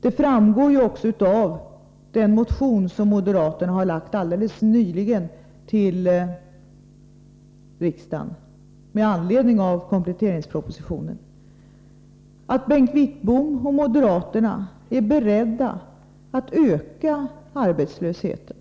Det framgår ju också av den motion som moderaterna alldeles nyligen har lagt fram med anledning av kompletteringspropositionen, att Bengt Wittbom och övriga moderater är beredda att öka arbetslösheten.